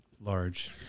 large